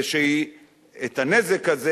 ושהנזק הזה,